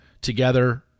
together